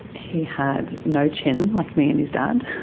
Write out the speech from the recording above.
he had no chin, like me and his dad.